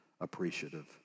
appreciative